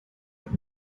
have